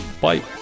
Bye